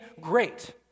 great